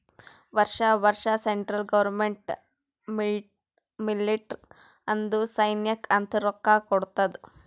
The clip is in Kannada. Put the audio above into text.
ವರ್ಷಾ ವರ್ಷಾ ಸೆಂಟ್ರಲ್ ಗೌರ್ಮೆಂಟ್ ಮಿಲ್ಟ್ರಿಗ್ ಅಂದುರ್ ಸೈನ್ಯಾಕ್ ಅಂತ್ ರೊಕ್ಕಾ ಕೊಡ್ತಾದ್